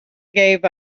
gave